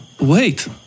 Wait